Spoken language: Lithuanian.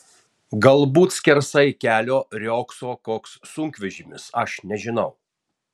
galbūt skersai kelio riogso koks sunkvežimis aš nežinau